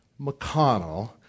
McConnell